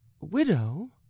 widow